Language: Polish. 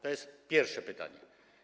To jest pierwsze pytanie.